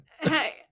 Hey